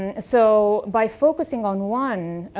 and so by focusing on one,